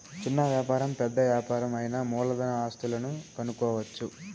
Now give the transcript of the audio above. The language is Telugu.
చిన్న వ్యాపారం పెద్ద యాపారం అయినా మూలధన ఆస్తులను కనుక్కోవచ్చు